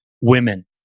women